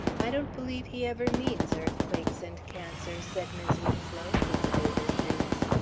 i don't believe he ever means earthquakes and cancers, said mis' winslow, to her overshoes.